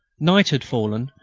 night had fallen,